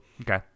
okay